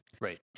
Right